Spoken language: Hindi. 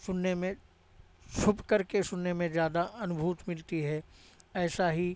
सुनने मे छुपकर के सुनने में ज़्यादा अनुभूति मिलती है ऐसा ही